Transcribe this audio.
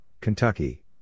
Kentucky